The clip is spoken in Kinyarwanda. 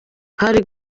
hari